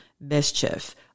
mischief